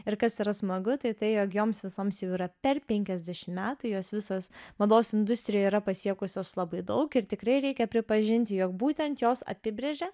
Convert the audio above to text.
ir kas yra smagu tai tai jog joms visoms jau yra per penkiasdešimt metų jos visos mados industrijoje yra pasiekusios labai daug ir tikrai reikia pripažinti jog būtent jos apibrėžė